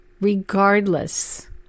regardless